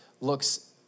looks